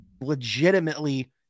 legitimately